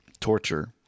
torture